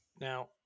now